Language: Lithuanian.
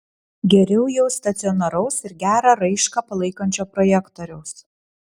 geriau jau stacionaraus ir gerą raišką palaikančio projektoriaus